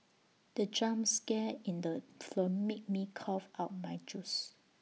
the jump scare in the firm made me cough out my juice